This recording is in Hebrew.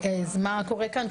מה קורה כאן.